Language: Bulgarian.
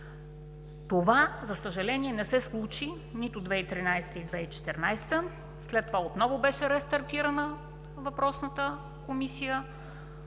Това, за съжаление, не се случи нито 2013 г. и 2014 г., след това отново беше рестартирана въпросната Комисия,